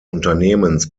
unternehmens